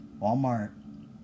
Walmart